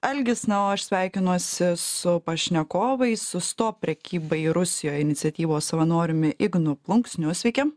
algis na o aš sveikinuosi su pašnekovais susto prekybai rusijoj iniciatyvos savanoriumi ignu plunksniu sveiki